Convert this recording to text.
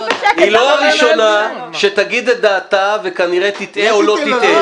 היא לא הראשונה שתגיד את דעתה וכנראה תטעה או לא תטעה.